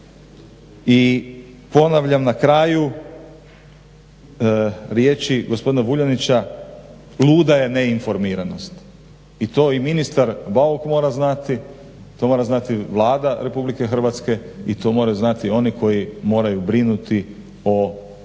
I ponavljam na kraju riječi gospodina Vuljanića, luda je neinformiranost. I to i ministar Bauk mora znati, to mora znati Vlada RH i to moraju znati oni koji moraju biti o znanju